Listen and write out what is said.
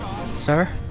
Sir